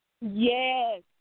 Yes